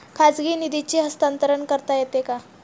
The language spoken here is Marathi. खाजगी निधीचे हस्तांतरण करता येते का?